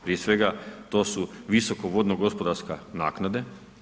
Prije svega to su visoko vodno gospodarske naknade.